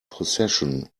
possession